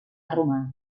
roma